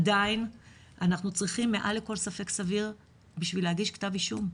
עדיין אנחנו צריכים מעל לכל ספק סביר בשביל להגיש כתב אישום,